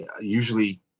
usually